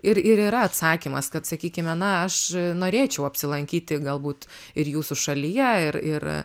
ir yra atsakymas kad sakykime na aš norėčiau apsilankyti galbūt ir jūsų šalyje ir ir